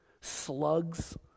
slugs